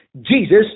jesus